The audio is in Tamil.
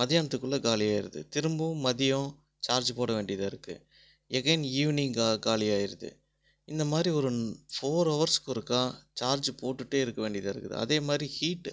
மதியானத்துக்குள்ளே காலியாயிருது திரும்பவும் மதியம் சார்ஜு போட வேண்டியதாக இருக்கு எகைன் ஈவினிங் கா காலியாயிருது இந்த மாதிரி ஒரு ஃபோர் ஹவர்ஸ்க்கு ஒருக்கா சார்ஜு போட்டுட்டே இருக்க வேண்டியதாக இருக்குது அதே மாதிரி ஹீட்டு